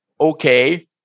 okay